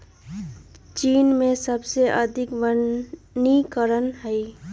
चीन में सबसे अधिक वनीकरण हई